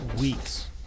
weeks